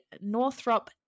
Northrop